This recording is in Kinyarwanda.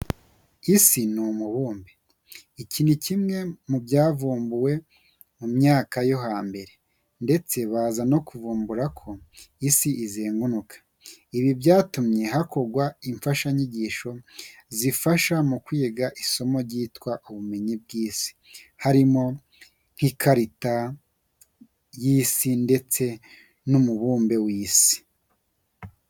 Isi ni umubumbe. Iki ni kimwe mu byavumbuwe mu myaka yo hambere ndetse baza no kuvumbura ko isi izenguruka. Ibi byatumye hakorwa imfashanyigisho zifasha mu kwiga isomo ryitwa ubumenyi bw'isi harimo nk'ikarita y'isi ndetse n'umubumbe w'isi.